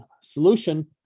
solution